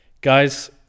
Guys